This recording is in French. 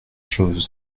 chose